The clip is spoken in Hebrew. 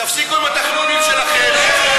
חברת הכנסת, יש לך, אפשר להמשיך?